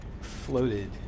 floated